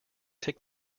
tick